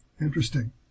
Interesting